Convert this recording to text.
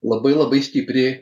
labai labai stipriai